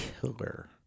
Killer